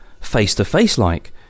face-to-face-like